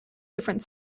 different